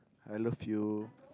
I love you